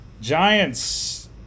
Giants